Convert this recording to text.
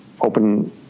open